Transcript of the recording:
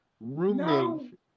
roommate